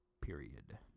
period